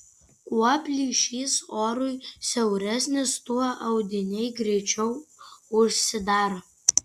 kuo plyšys orui siauresnis tuo audiniai greičiau užsidaro